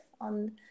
on